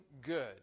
good